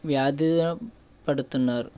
వ్యాధిన పడుతున్నారు